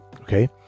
Okay